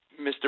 Mr